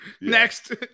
Next